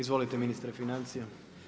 Izvolite ministre financija.